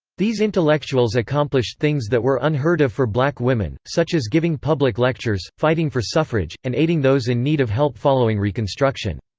these intellectuals accomplished things that were unheard of for black women, such as giving public lectures, fighting for suffrage, and aiding those in need of help following reconstruction.